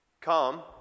Come